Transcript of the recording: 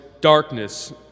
darkness